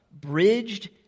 bridged